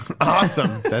Awesome